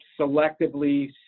selectively